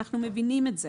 אנחנו מבינים את זה.